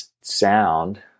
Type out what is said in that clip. sound